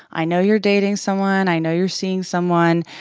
i know you're dating someone. i know you're seeing someone.